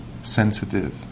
Sensitive